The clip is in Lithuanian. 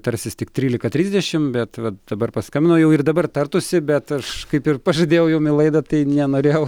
tarsis tik trylika trisdešimt bet vat dabar paskambino jau ir dabar tartųsi bet aš kaip ir pažadėjau jum į laidą nenorėjau